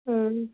ହୁଁ